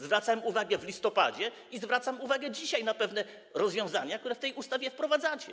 Zwracałem uwagę w listopadzie i zwracam uwagę dzisiaj na pewne rozwiązania, które w tej ustawie wprowadzacie.